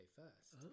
first